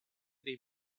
dei